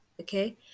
Okay